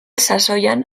sasoian